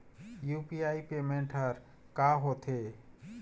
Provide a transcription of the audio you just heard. UPI payment हर का होते?